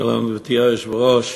גברתי היושבת-ראש,